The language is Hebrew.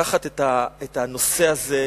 לקחת את הנושא הזה,